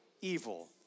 evil